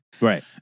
Right